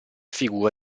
figura